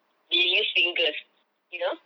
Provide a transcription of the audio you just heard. they use finger you know